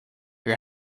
your